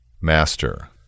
Master